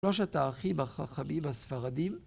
‫שלושת האחים החכמים הספרדים